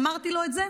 אמרתי לו את זה,